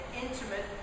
intimate